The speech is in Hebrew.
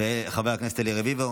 חבר הכנסת אלי רביבו.